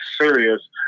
serious